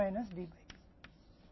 इसके द्वारा एक महत्वपूर्ण समीकरण है